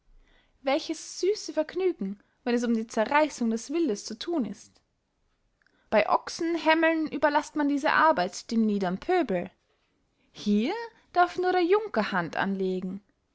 welches süsse vergnügen wenn es um die zerreissung des wildes zu thun ist bey ochsen hämmeln überläßt man diese arbeit dem niedern pöbel hier darf nur der junker hand anlegen